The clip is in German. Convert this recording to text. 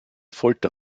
folter